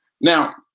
Now